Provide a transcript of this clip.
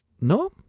No